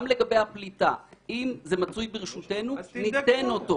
גם לגבי הפליטה, אם זה מצוי ברשותנו, ניתן אותו.